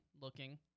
looking